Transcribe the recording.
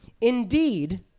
Indeed